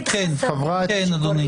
עשית את התקציב השנתי הבא, יאללה...